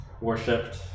worshipped